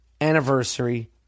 anniversary